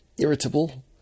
irritable